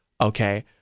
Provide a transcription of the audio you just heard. okay